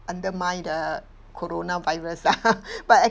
undermine the corona virus lah but